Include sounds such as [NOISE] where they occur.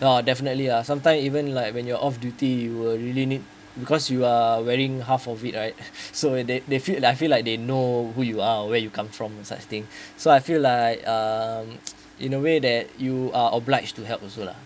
uh definitely lah sometime even like when you're off duty you were really need because you are wearing half of it right [LAUGHS] so they they feel that I feel like they know who you are where you come from such thing so I feel like um [NOISE] in a way that you are obliged to help also lah